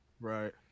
Right